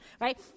right